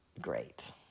great